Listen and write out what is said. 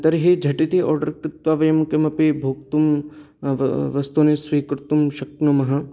तर्हि झटिति आर्डर् कृत्वा वयं किमपि भोक्तुं वस्तूनि स्वीकर्तुं शक्नुमः